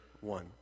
one